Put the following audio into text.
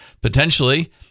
potentially